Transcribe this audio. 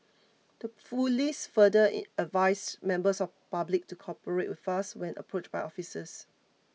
the police further advised members of public to cooperate with us when approached by officers